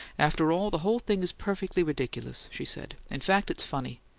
after all, the whole thing is perfectly ridiculous, she said. in fact, it's funny!